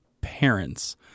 parents